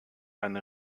eine